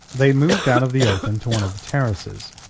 they moved out of the open to one of the terraces,